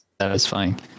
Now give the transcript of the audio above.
satisfying